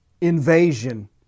invasion